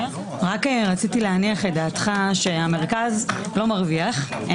רציתי להניח את דעתך, שהמרכז לא מרוויח.